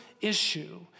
issue